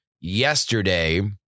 yesterday